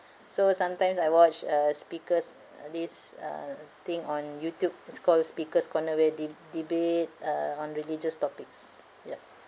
so sometimes I watch uh speakers uh this uh thing on YouTube it's called a speakers' corner where de~ debate uh on religious topics yup